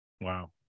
Wow